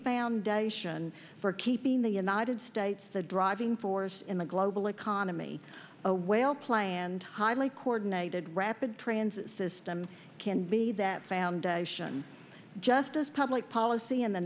foundation for keeping the united states the driving force in the global economy a well planned highly coordinated rapid transit system can be that foundation just as public policy in the